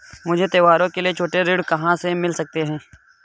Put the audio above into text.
मुझे त्योहारों के लिए छोटे ऋण कहाँ से मिल सकते हैं?